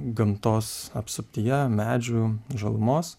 gamtos apsuptyje medžių žalumos